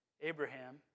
Abraham